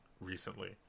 recently